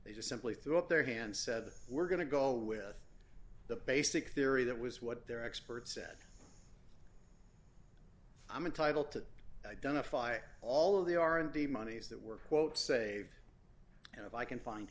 they just simply threw up their hands said we're going to go with the basic theory that was what their experts said i'm entitle to identify all of the r and d monies that were quote saved and if i can find